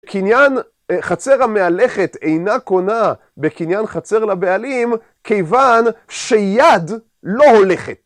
חצר המהלכת אינה קונה בקניין חצר לבעלים כיוון שיד לא הולכת.